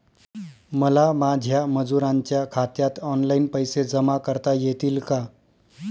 मला माझ्या मजुरांच्या खात्यात ऑनलाइन पैसे जमा करता येतील का?